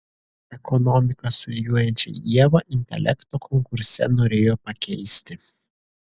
ekonomiką studijuojančią ievą intelekto konkurse norėjo pakeisti